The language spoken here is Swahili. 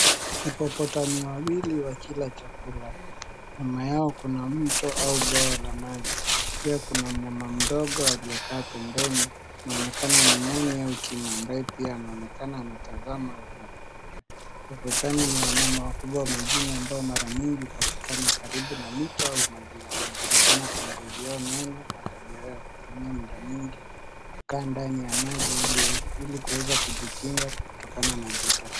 Hipopotami wawili wakikula chakula nyuma yao kuna mto au bawa la maji pia kuna mnyama mdogo aliyekaa pembeni inaonekana ni nyani au kimambe pia anaonekana anatazama wanapokula. Hipopotami ni wanyama wakubwa wa majini mara nyingi hupatika karibu na mto au majini na wanajulikana kwa ngozi yao nene na tabia yao kutumia muda mwingi kukaa ndani ya maji Ili kujikinga kutokana na joto kali.